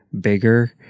bigger